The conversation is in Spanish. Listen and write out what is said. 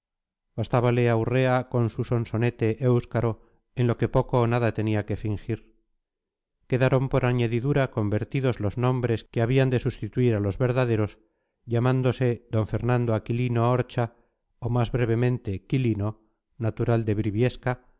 baturrismo bastábale a urrea con su sonsonete éuskaro en lo que poco o nada tenía que fingir quedaron por añadidura convenidos los nombres que habían de sustituir a los verdaderos llamándose d fernando aquilino orcha y más brevemente quilino natural de briviesca